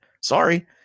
Sorry